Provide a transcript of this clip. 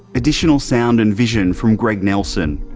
additional sound and vision from greg nelson.